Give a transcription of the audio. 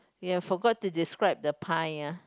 we have forgot to describe the pie ya